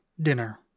dinner